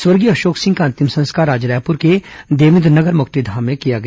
स्वर्गीय अशोक सिंह का अंतिम संस्कार आज रायपुर के देवेन्द्र नगर मुक्तिधाम में किया गया